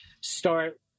start